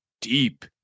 deep